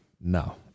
No